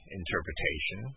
interpretation